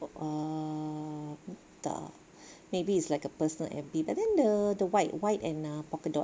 oh entah maybe it's like a personal F_B but then the the white white and ah polka dots